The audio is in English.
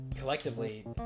Collectively